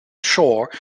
shore